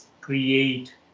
create